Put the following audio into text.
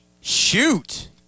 Shoot